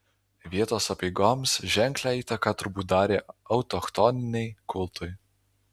vietos apeigoms ženklią įtaką turbūt darė autochtoniniai kultai